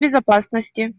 безопасности